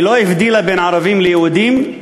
היא לא הבדילה בין ערבים ליהודים,